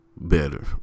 better